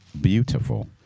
beautiful